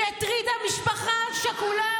שהטרידה משפחה שכולה,